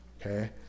Okay